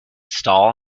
stall